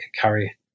carry